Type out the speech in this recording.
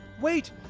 wait